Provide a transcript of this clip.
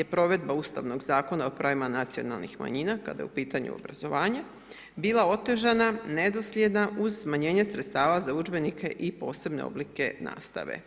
je provedba Ustavnog zakona o pravima nacionalnih manjina kada je u pitanju obrazovanje bila otežana, nedosljedna uz smanjenje sredstava za udžbenike i posebne oblike nastave.